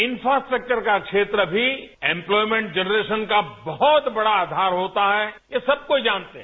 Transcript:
infrastructure का क्षेत्र भी एम्प्लॉयमेंट जनरेशन का बहुत बड़ा आधार होता है यह सब कोई जानता है